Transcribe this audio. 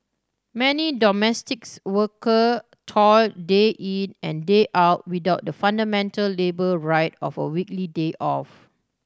many domestics worker toil day in and day out without the fundamental labour right of a weekly day off